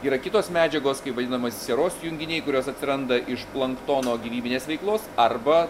yra kitos medžiagos vadinamos sieros junginiai kurios atsiranda iš planktono gyvybinės veiklos arba